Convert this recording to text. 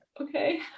Okay